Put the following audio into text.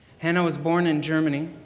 hannah was born in germany.